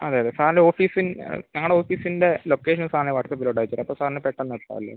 അതെ അതെ സാറിൻ്റെ ഓഫീസിൻ ഞങ്ങളുടെ ഓഫീസിൻ്റെ ലൊക്കേഷൻ സാറിന് ഞാൻ വാട്ട്സപ്പിലോട്ട് അയച്ച് തരാം അപ്പം സാറിന് പെട്ടെന്ന് എത്താമല്ലൊ